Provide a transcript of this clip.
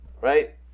right